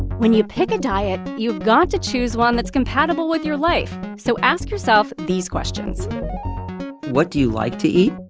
when you pick a diet, you've got to choose one that's compatible with your life. so ask yourself these questions what do you like to eat?